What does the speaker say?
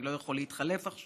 אני לא יכול להתחלף עכשיו.